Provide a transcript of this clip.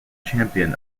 champion